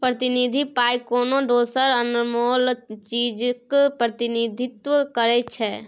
प्रतिनिधि पाइ कोनो दोसर अनमोल चीजक प्रतिनिधित्व करै छै